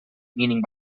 meaning